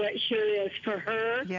like yeah is. for her, yeah